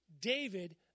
David